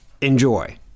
Enjoy